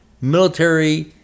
military